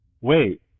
Wait